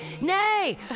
Nay